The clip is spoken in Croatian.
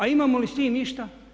A imamo li s tim išta?